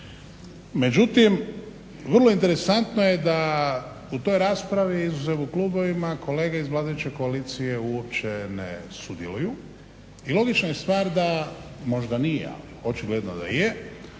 Međutim, vrlo interesantno je da u toj raspravi, izuzev u klubovima, kolege iz vladajuće koalicije uopće ne sudjeluju i logična je stvar da, možda nije ali očigledno da je,